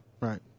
Right